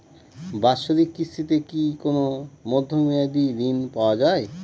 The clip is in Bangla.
বাৎসরিক কিস্তিতে কি কোন মধ্যমেয়াদি ঋণ পাওয়া যায়?